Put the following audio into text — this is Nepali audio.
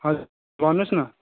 हजुर भन्नुहोस् न